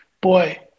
boy